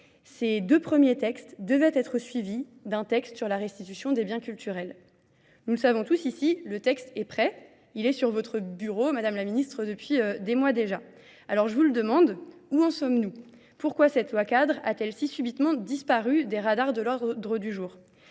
Ces deux premiers textes devaient être suivis d'un texte sur la restitution des biens culturels. Nous le savons tous ici, le texte est prêt. Il est sur votre bureau, Madame la Ministre, depuis des mois déjà. Alors je vous le demande, où en sommes-nous ? Pourquoi cette loi cadre a-t-elle si subitement disparu des radars de l'ordre du jour ?